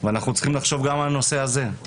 אנחנו צריכים לחשוב גם על הנושא הזה.